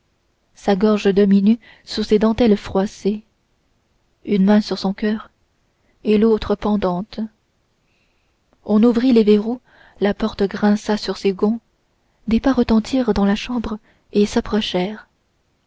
sa gorge demi-nue sous ses dentelles froissées une main sur son coeur et l'autre pendante on ouvrit les verrous la porte grinça sur ses gonds des pas retentirent dans la chambre et